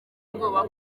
ubwoba